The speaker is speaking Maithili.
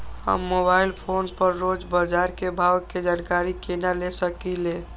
हम मोबाइल फोन पर रोज बाजार के भाव के जानकारी केना ले सकलिये?